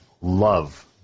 Love